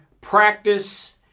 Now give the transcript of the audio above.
practice